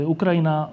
Ukrajina